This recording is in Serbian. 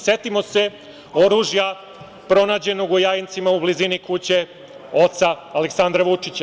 Setimo se oružja pronađenog u Jajincima u blizini kuće oca Aleksandra Vučića.